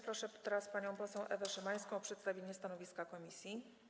Proszę teraz panią poseł Ewę Szymańską o przedstawienie stanowiska komisji.